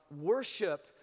Worship